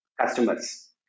customers